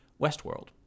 Westworld